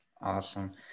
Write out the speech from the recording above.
Awesome